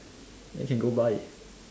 then can go buy